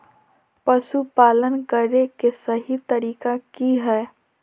पशुपालन करें के सही तरीका की हय?